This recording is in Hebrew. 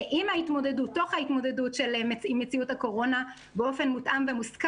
עם ההתמודדות ותוך ההתמודדות עם מציאות הקורונה באופן מותאם ומושכל.